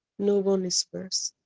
no one is worse.